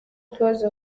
close